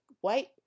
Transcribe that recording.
white